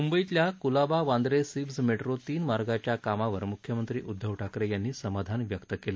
मुंबईतल्या Colaba Vandre SEEPZ metro तीन मार्गाच्या कामावर मुख्यमंत्री उदधव ठाकरे यांनी समाधान व्यक्त केलं